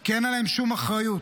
כי אין עליהם שום אחריות,